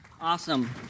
Awesome